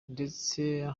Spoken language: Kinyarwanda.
ndetse